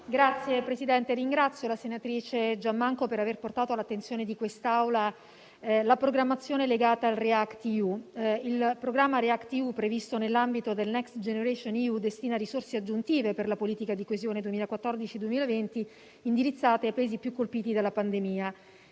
territoriale*. Ringrazio la senatrice Giammanco per aver portato all'attenzione di questa Assemblea la programmazione legata al React-EU. Il programma React-EU, previsto nell'ambito del Next generation EU, destina risorse aggiuntive per la politica di coesione 2014-2020 indirizzate ai Paesi più colpiti dalla pandemia.